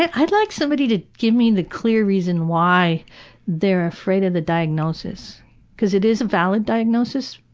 i'd like somebody to give me the clear reason why they're afraid of the diagnosis because it is a valid diagnosis,